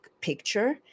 picture